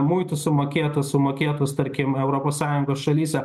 muitų sumokėtų sumokėtus tarkim europos sąjungos šalyse